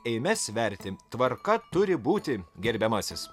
eime sverti tvarka turi būti gerbiamasis